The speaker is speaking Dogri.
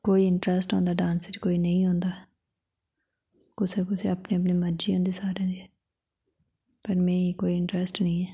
कोई इंट्रस्ट होंदा डांस च कोई नेईं होंदा कुसै कुसै दी अपनी अपनी मर्जी होंदी सारें दी पर मिगी कोई इंट्रस्ट नी ऐ